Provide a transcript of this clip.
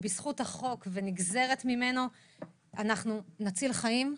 בזכות החוק וכנגזרת ממנו אנחנו נציל חיים,